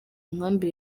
nkambi